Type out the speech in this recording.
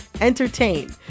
entertain